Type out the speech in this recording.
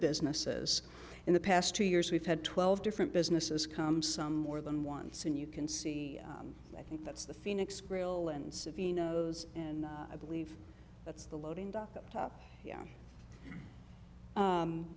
businesses in the past two years we've had twelve different businesses come some more than once and you can see i think that's the phoenix grill and savina and i believe that's the